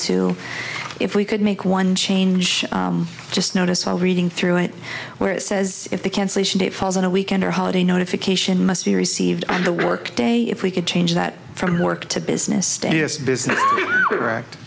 two if we could make one change just notice all reading through it where it says if the cancellation date falls on a weekend or holiday notification must be received and the work day if we could change that from work to business status business or